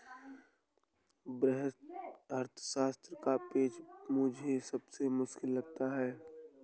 वृहत अर्थशास्त्र का पेपर मुझे सबसे मुश्किल लगता है